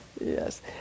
Yes